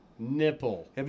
Nipple